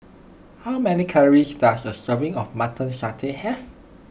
how many calories does a serving of Mutton Satay have